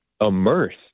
immersed